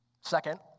Second